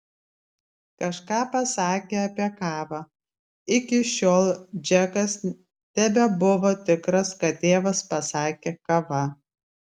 kažką pasakė apie kavą iki šiol džekas tebebuvo tikras kad tėvas pasakė kava